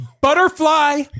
Butterfly